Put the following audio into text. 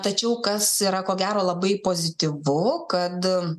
tačiau kas yra ko gero labai pozityvu kad